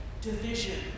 division